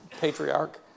patriarch